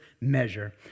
measure